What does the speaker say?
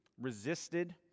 resisted